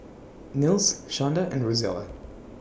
Nils Shonda and Rozella